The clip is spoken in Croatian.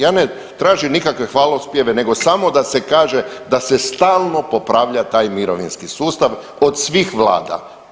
Ja ne tražim nikakve hvalospjeve, nego samo da se kaže da se stalno popravlja taj mirovinski sustav od svih Vlada.